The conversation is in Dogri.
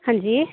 अंजी